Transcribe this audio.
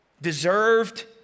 deserved